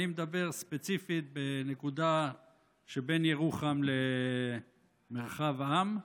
אני מדבר ספציפית על הנקודה שבין ירוחם למרחב עם.